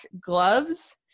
gloves